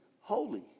holy